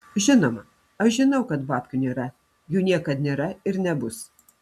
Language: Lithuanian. žinoma aš žinau kad babkių nėra jų niekad nėra ir nebus